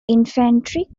infantry